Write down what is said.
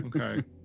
Okay